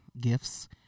gifts